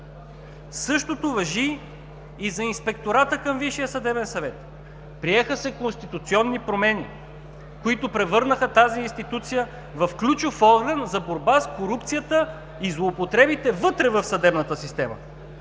Същото важи и за Инспектората към Висшия съдебен съвет. Приеха се конституционни промени, които превърнаха тази институция в ключов орган за борба с корупцията и злоупотребите вътре в съдебната система.